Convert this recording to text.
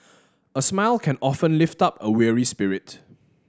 a smile can often lift up a weary spirit